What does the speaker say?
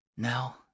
Now